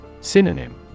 Synonym